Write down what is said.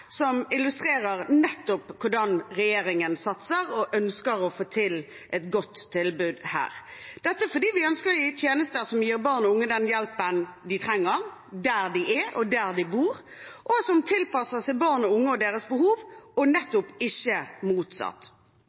som illustrerer nettopp hvordan regjeringen satser og ønsker å få til et godt tilbud der – dette fordi vi ønsker å gi tjenester som gir barn og unge den hjelpen de trenger, der de er, og der de bor, og som tilpasser seg barn og unge og deres behov – og nettopp ikke motsatt.